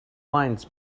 lines